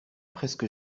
presque